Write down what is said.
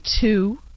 two